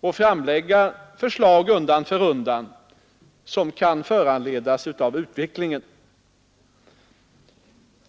för undan framlägga förslag som kan föranledas av utvecklingen.